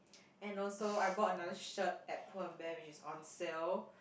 and also I bought another shirt at Pull and Bear which is on sale